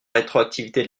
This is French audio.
rétroactivité